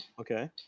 okay